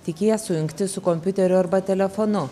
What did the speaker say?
tik jie sujungti su kompiuteriu arba telefonu